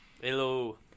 Hello